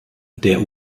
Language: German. der